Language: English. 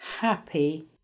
happy